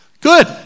Good